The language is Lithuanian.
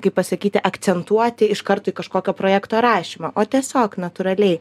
kaip pasakyti akcentuoti iš karto į kažkokio projekto rašymą o tiesiog natūraliai